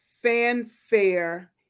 fanfare